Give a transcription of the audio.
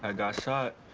and shot,